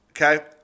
Okay